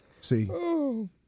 See